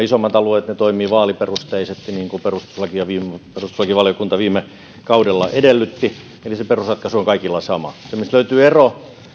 isommat alueet ne toimivat vaaliperusteisesti niin kuin perustuslakivaliokunta perustuslakivaliokunta viime kaudella edellytti eli se perusratkaisu on kaikilla sama se mistä löytyy ero